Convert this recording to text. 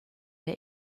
der